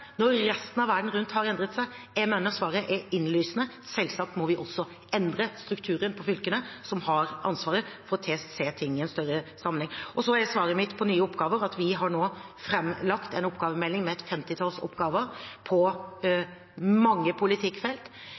når resten av verden rundt har endret seg? Jeg mener at svaret er innlysende: Selvsagt må vi også endre strukturen på fylkene, som har ansvaret for å se ting i en større sammenheng. Til spørsmålet om nye oppgaver: Vi har nå framlagt en oppgavemelding med et femtitalls oppgaver på mange politikkfelt,